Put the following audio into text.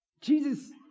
Jesus